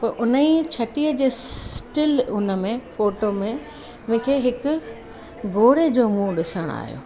पोइ हुन ई छटीअ जे स्टिल हुन में फ़ोटो में मूंखे हिकु घोड़े जो मुंहुं ॾिसण आहियो